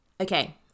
Okay